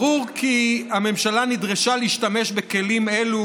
ברור כי הממשלה נדרשה להשתמש בכלים אלו